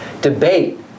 debate